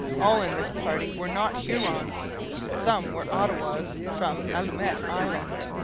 all in this party were not hurons some were ottawas from allumette island,